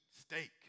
steak